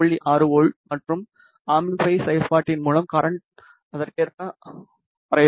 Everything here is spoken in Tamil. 6 வோல்ட் மற்றும் அம்பிளிபை செயல்பாட்டின் மூலம் கரண்ட் அதற்கேற்ப வரையப்படும்